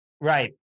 Right